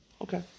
Okay